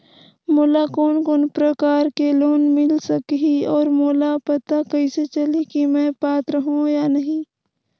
मोला कोन कोन प्रकार के लोन मिल सकही और मोला पता कइसे चलही की मैं पात्र हों या नहीं?